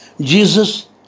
Jesus